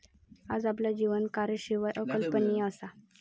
आज आपला जीवन कारशिवाय अकल्पनीय असा